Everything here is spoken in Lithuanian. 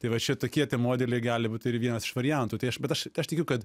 tai va čia tokie tie modeliai gali būt ir vienas iš variantų tai aš bet aš aš tikiu kad